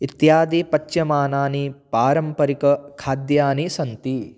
इत्यादि पच्यमानानि पारम्परिकखाद्यानि सन्ति